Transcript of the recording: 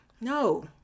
no